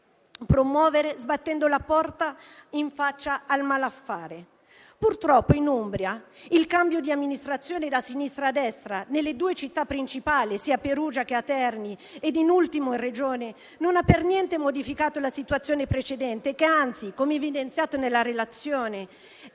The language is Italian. promuovere sbattendo la porta in faccia al malaffare. Purtroppo, in Umbria il cambio di amministrazione da sinistra a destra nelle due città principali, sia Perugia che a Terni, ed in ultimo in Regione, non ha per niente modificato la situazione precedente, che anzi, come evidenziato nella relazione,